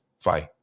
fight